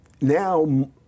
now